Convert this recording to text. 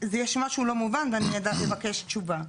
יש משהו לא מובן ואני אבקש תשובה.